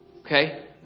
okay